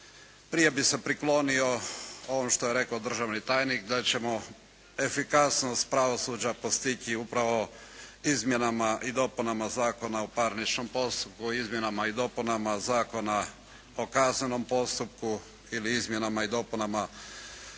Prije bi se priklonio onom što je rekao državni tajnik, da ćemo efikasnost pravosuđa postići upravo izmjenama i dopunama Zakona o parničnom postupku, izmjenama i dopunama Zakona o kaznenom postupku ili izmjenama i dopunama